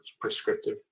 prescriptive